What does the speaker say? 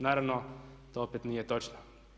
Naravno to opet nije točno.